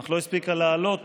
אך לא הספיקה לעלות